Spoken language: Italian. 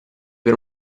per